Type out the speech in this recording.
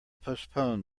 postpone